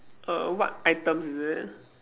err what items is it